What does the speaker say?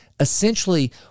essentially